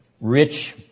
rich